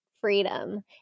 freedom